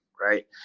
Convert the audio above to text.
Right